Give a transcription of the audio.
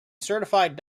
certified